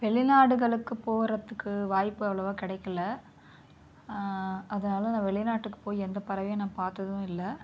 வெளிநாடுகளுக்குப் போகிறதுக்கு வாய்ப்பு அவ்வளவாக கிடைக்கல அதனால் நான் வெளிநாட்டுக்கு போய் எந்தப் பறவையும் நான் பார்த்ததும் இல்லை